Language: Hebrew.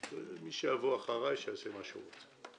מי שיבוא אחריי, שיעשה מה שהוא רוצה.